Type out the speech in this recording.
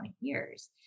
years